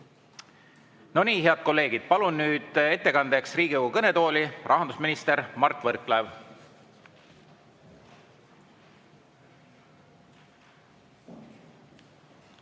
No nii, head kolleegid! Palun nüüd ettekandeks Riigikogu kõnetooli rahandusminister Mart Võrklaeva.